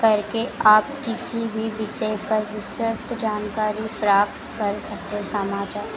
करके आप किसी भी विषय पर विस्तृत जानकारी प्राप्त कर सकते है समाचार